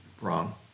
wrong